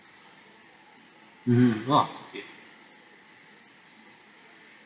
mmhmm !wah! okay